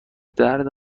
درد